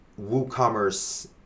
WooCommerce